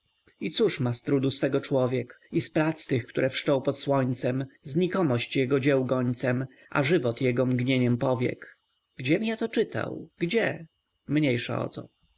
i cóż ma z trudu swego człowiek i z prac tych które wszczął pod słońcem znikomość jego dzieł gońcem a żywot jego mgnieniem powiek gdziem ja to czytał gdzie mniejsza o to